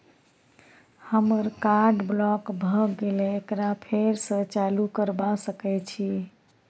हमर card block भ गेले एकरा फेर स चालू करबा सके छि?